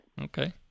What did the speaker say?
Okay